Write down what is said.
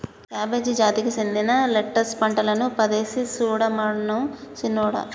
cabbage జాతికి సెందిన lettuce పంటలు పదేసి సుడమను సిన్నోడా